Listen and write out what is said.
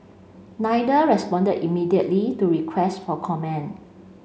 neither responded immediately to requests for comment